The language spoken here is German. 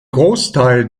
großteil